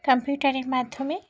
কম্পিউটারের মাধ্যমে